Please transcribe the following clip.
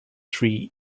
three